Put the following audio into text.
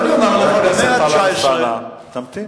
חבר הכנסת טלב אלסאנע, תמתין.